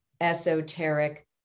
esoteric